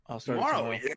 Tomorrow